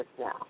now